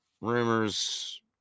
Rumors